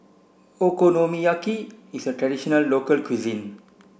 Okonomiyaki is a traditional local cuisine